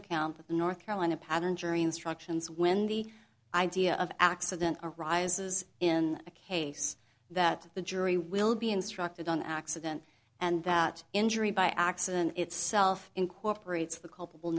the north carolina pattern jury instructions wendy idea of accident arises in a case that the jury will be instructed on accident and that injury by accident itself incorporates the culpable